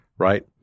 Right